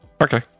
Okay